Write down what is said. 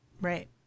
Right